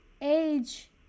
Age